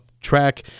track